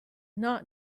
not